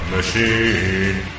Machine